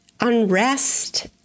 unrest